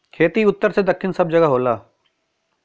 खेती उत्तर से दक्खिन सब जगह होला